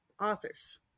authors